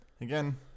again